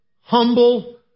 humble